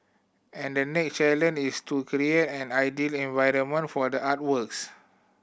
and the next challenge is to create an ideal environment for the artworks